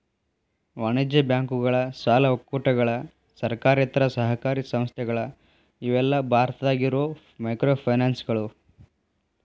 ವಾಣಿಜ್ಯ ಬ್ಯಾಂಕುಗಳ ಸಾಲ ಒಕ್ಕೂಟಗಳ ಸರ್ಕಾರೇತರ ಸಹಕಾರಿ ಸಂಸ್ಥೆಗಳ ಇವೆಲ್ಲಾ ಭಾರತದಾಗ ಇರೋ ಮೈಕ್ರೋಫೈನಾನ್ಸ್ಗಳು